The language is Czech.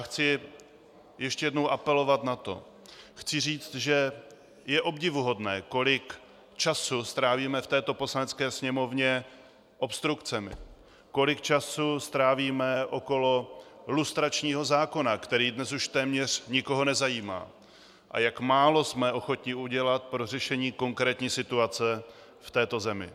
Chci ještě jednou apelovat na to, chci říct, že je obdivuhodné, kolik času strávíme v této Poslanecké sněmovně obstrukcemi, kolik času strávíme okolo lustračního zákona, který dnes už téměř nikoho nezajímá, a jak málo jsme ochotni udělat pro řešení konkrétní situace v této zemi.